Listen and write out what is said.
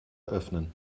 öffnen